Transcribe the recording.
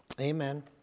Amen